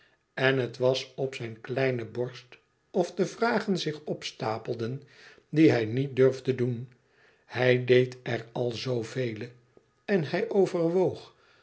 en het was op zijn kleine borst of de vragen zich opstapelden die hij niet durfde doen hij deed er al zoovele en hij overwoog